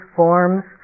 forms